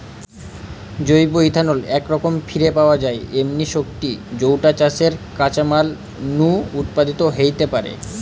জৈব ইথানল একরকম ফিরে পাওয়া যায় এমনি শক্তি যৌটা চাষের কাঁচামাল নু উৎপাদিত হেইতে পারে